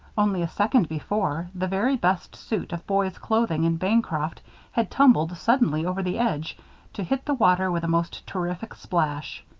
only a second before, the very best suit of boys' clothing in bancroft had tumbled suddenly over the edge to hit the water with most terrific splash.